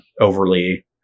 overly